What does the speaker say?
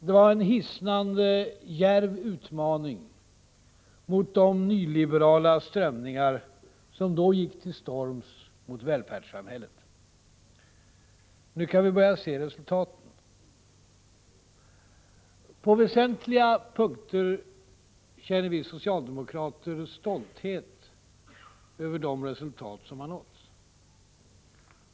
Det var en hisnande, djärv utmaning mot de nyliberala strömningar som då gick till storms mot välfärdssamhället. Nu kan vi börja se resultaten. På väsentliga punkter känner vi socialdemokrater stolthet över de resultat som har nåtts.